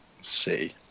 See